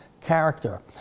character